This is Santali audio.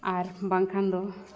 ᱟᱨ ᱵᱟᱝᱠᱷᱟᱱ ᱫᱚ